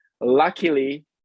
luckily